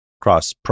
cross